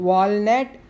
Walnut